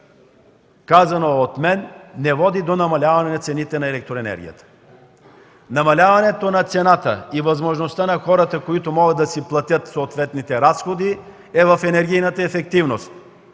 казано дотук от мен не води до намаляване на цените на електроенергията. Намаляването на цената и възможността на хората, които могат да си платят съответните разходи, е в енергийната ефективност.